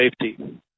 safety